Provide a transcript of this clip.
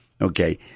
okay